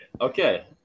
Okay